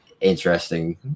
interesting